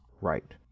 right